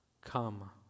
come